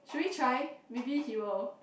should we try maybe he will